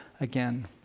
again